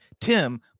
Tim